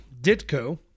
Ditko